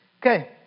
Okay